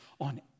on